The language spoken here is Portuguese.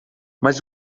mas